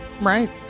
Right